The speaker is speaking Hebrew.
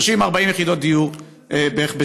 30, 40 יחידות דיור בערך בשנה.